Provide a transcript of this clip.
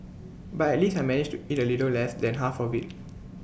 but at least I managed to eat A little less than half of IT